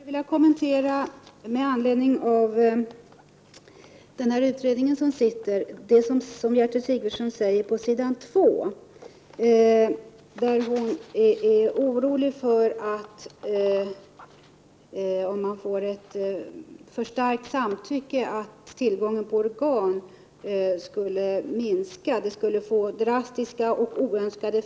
Herr talman! Jag skulle med anledning av den pågående utredningen vilja kommentera vad Gertrud Sigurdsen säger på s. 2 i det utdelade svaret. Hon uttrycker där sin oro för att tillgången på organ skulle minska, om kravet på samtycke blir för starkt.